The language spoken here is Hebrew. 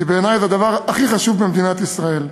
כי בעיני זה הדבר הכי חשוב במדינת ישראל.